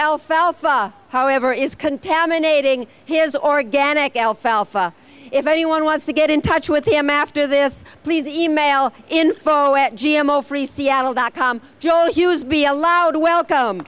alfalfa however is contaminating his organic alfalfa if anyone wants to get in touch with him after this please email info at g m o free seattle dot com john hughes be allowed to welcome